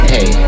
Hey